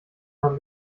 man